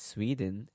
Sweden